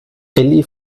elli